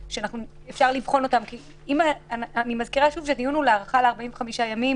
אני מזכירה שוב שהדיון הוא הארכה של המצב הקיים בעוד 45 ימים,